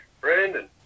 Brandon